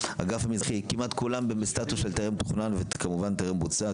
כמעט כולם בסטטוס של "טרם תוכנן" וכמובן "טרם בוצע",